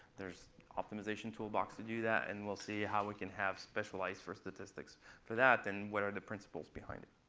there's an optimization toolbox to do that. and we'll see how we can have specialized for statistics for that, and what are the principles behind it.